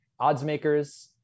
oddsmakers